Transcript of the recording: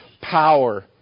power